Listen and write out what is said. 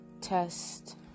test